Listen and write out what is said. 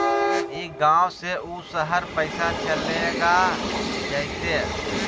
ई गांव से ऊ शहर पैसा चलेगा जयते?